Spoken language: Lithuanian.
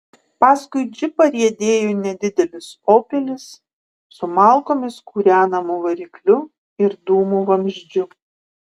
paskui džipą riedėjo nedidelis opelis su malkomis kūrenamu varikliu ir dūmų vamzdžiu